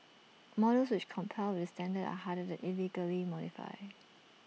models which comply with this standard are harder to illegally modify